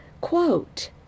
Quote